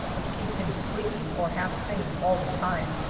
which keeps him squeaking or half singing all the time.